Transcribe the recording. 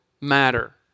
matter